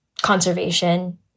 conservation